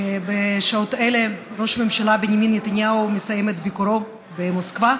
בשעות אלה ראש הממשלה בנימין נתניהו מסיים את ביקורו במוסקבה.